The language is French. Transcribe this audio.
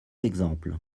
exemples